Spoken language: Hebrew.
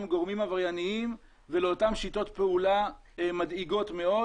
גורמים עברייניים ולאותם שיטות פעולה מדאיגות מאוד